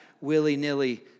willy-nilly